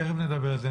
תכף נדבר על זה.